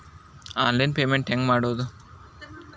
Online payment ಹೆಂಗ್ ಮಾಡೋದು?